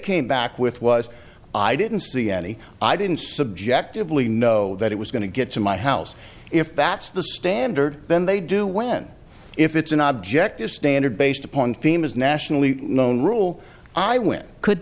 came back with was i didn't see any i didn't subjectively know that it was going to get to my house if that's the standard then they do when if it's an object a standard based upon themis nationally known rule i win could